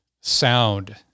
sound